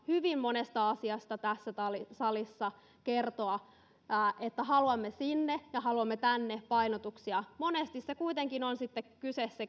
hyvin monesta asiasta tässä salissa kertoa tahtotilaa että haluamme painotuksia sinne ja haluamme tänne monesti käytännön elämässä kuitenkin on kyse